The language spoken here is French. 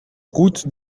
route